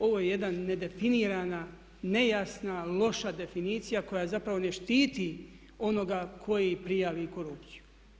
Ovo je jedna nedefinirana, nejasna loša definicija koja zapravo ne štiti onoga koji prijavi korupciju.